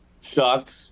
shocked